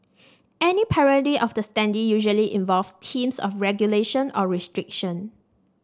any parody of the standee usually involves themes of regulation or restriction